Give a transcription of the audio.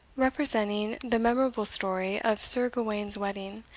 representing the memorable story of sir gawaine's wedding,